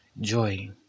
joy